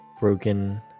broken